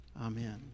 Amen